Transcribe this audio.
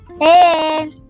Hey